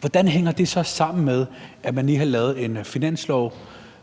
Hvordan hænger det så sammen med, at man lige har lavet en finanslov,